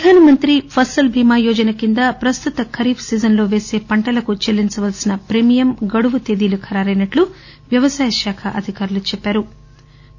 ప్రధాన మంత్రి ఫసల్ బీమా యోజన కింద ప్రస్తుత ఖరీఫ్ సీజన్ లో పేస పంటలకు చెల్లించవలసిన ప్రీమియం గడువు తేదీలు ఖరారైనట్లు వ్యవసాయ శాఖ అధికారులు తెలిపారు